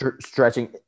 stretching